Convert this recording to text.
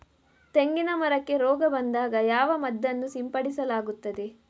ತೆಂಗಿನ ಮರಕ್ಕೆ ರೋಗ ಬಂದಾಗ ಯಾವ ಮದ್ದನ್ನು ಸಿಂಪಡಿಸಲಾಗುತ್ತದೆ?